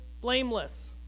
blameless